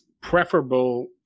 preferable